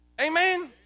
Amen